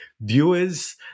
viewers